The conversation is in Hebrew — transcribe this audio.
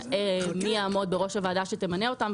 מי יעמוד בראש הוועדה שתמנה אותם,